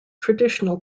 traditional